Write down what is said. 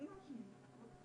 את